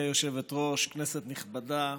גברתי היושבת-ראש, כנסת נכבדה,